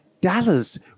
Dallas